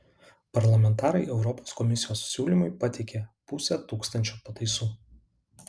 parlamentarai europos komisijos siūlymui pateikė pusę tūkstančio pataisų